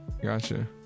Gotcha